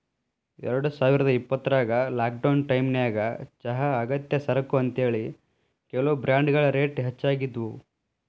ಎರಡುಸಾವಿರದ ಇಪ್ಪತ್ರಾಗ ಲಾಕ್ಡೌನ್ ಟೈಮಿನ್ಯಾಗ ಚಹಾ ಅಗತ್ಯ ಸರಕು ಅಂತೇಳಿ, ಕೆಲವು ಬ್ರಾಂಡ್ಗಳ ರೇಟ್ ಹೆಚ್ಚಾಗಿದ್ವು